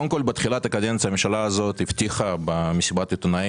קודם כל בתחילת הקדנציה הממשלה הזו הבטיחה במסיבת עיתונאים